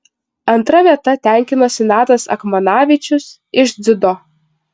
antra vieta tenkinosi natas akmanavičius iš dziudo